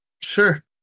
Sure